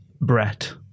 Brett